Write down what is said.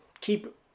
keep